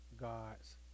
God's